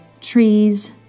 trees